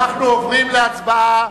אנחנו עוברים להצבעה,